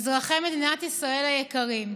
אזרחי מדינת ישראל היקרים,